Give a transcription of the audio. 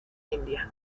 india